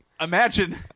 Imagine